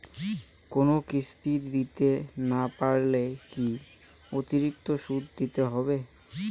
কোনো কিস্তি দিতে না পারলে কি অতিরিক্ত সুদ দিতে হবে?